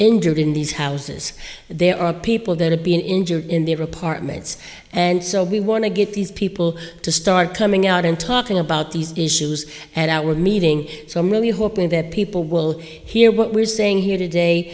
injured in these houses there are people that have been injured in the report minutes and so we want to get these people to start coming out and talking about these issues and our meeting so i'm really hoping that people will hear what we're saying here today